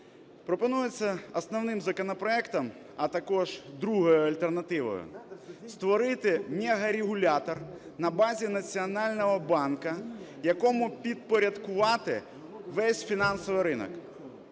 Пропонується основним законопроектом, а також другою альтернативою створити мегарегулятор на базі Національного банку, якому підпорядкувати весь фінансовий ринок.